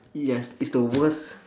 yes it's the worst